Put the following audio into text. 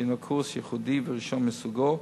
שהינו קורס ייחודי וראשון מסוגו,